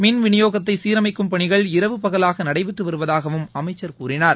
மின் விநியோகத்தை சீரமைக்கும் பணிகள் இரவு பகலாக நடைபெற்று வருவதாகவும் அமைச்சர் கூறினார்